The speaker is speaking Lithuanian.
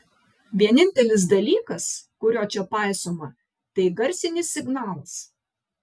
vienintelis dalykas kurio čia paisoma tai garsinis signalas